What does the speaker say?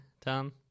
Tom